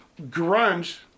Grunge